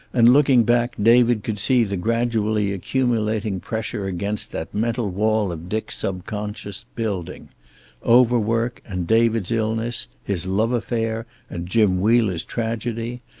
and looking back david could see the gradually accumulating pressure against that mental wall of dick's subconscious building overwork and david's illness, his love affair and jim wheeler's tragedy,